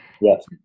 Yes